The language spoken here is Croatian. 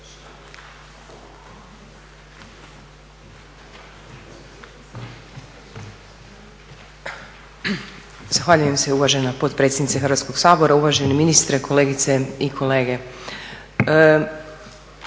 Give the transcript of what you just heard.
Zahvaljujem se uvažena potpredsjednice Hrvatskog sabora, uvaženi ministre, kolegice i kolege.